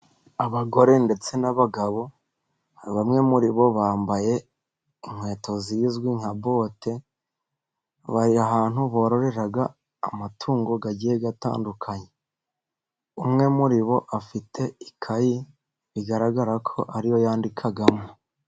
Abagore ndetse n'abagabo, bamwe muri bo bambaye inkweto zizwi nka bote, bari ahantutu bororera amatungo agiye atandukanye, umwe muri bo afite ikayi, bigaragara ko ari yo yandikamo.